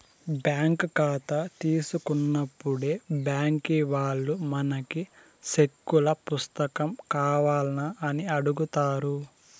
bank కాతా తీసుకున్నప్పుడే బ్యాంకీ వాల్లు మనకి సెక్కుల పుస్తకం కావాల్నా అని అడుగుతారు